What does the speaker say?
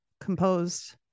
composed